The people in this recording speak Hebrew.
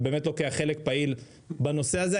ובאמת לוקח חלק פעיל בנושא הזה.